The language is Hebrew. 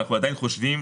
ואנחנו עדיין חושבים,